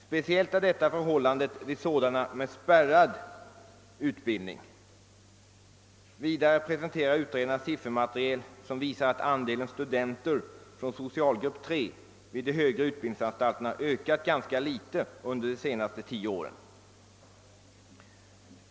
Speciellt är detta förhållandet vid linjer med spärrad utbildning. Vidare presenterar utredarna siffermaterial, som visar att andelen studerande från socialgrupp III vid de högre utbildningsanstalterna ökat ganska litet under de senaste tio åren.